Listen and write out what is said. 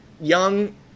young